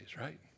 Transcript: right